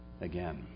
again